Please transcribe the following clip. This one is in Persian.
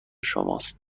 شماست